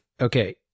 okay